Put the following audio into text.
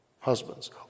husbands